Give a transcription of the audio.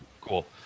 Cool